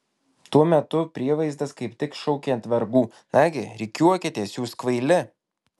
tuo metu prievaizdas kaip tik šaukė ant vergų nagi rikiuokitės jūs kvaili